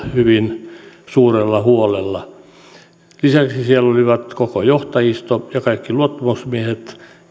hyvin suurella huolella vieraillessamme kaivosalueella lisäksi siellä olivat koko johtajisto ja kaikki luottamusmiehet